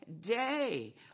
day